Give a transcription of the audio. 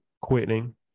quitting